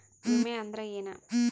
ವಿಮೆ ಅಂದ್ರೆ ಏನ?